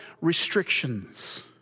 restrictions